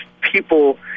people